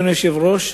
אדוני היושב-ראש,